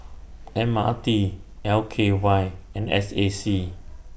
M R T L K Y and S A C